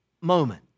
moment